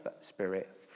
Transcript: Spirit